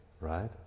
right